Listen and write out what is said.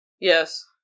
Yes